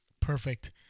perfect